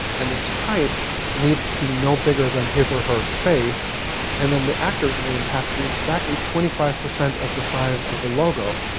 and the type needs to be no bigger than his or her face and then the actors' names have to be exactly twenty five percent of the size of the logo.